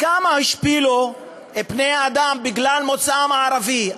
כמה השפילו בני-אדם בגלל מוצאם הערבי,